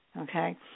Okay